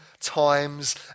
times